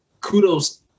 kudos